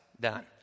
Done